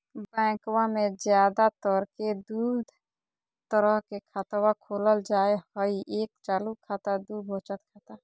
बैंकवा मे ज्यादा तर के दूध तरह के खातवा खोलल जाय हई एक चालू खाता दू वचत खाता